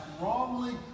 wrongly